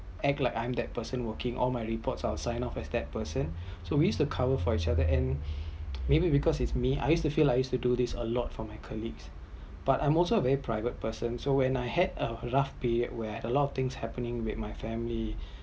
act like I’m that the person working all my reports I will signed off at that person so we used to cover for each other and maybe because is me I use to feel like do this a lot for my colleague but I’m also a very private person so when I had a rough period where a lot of things happening with my family